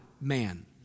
man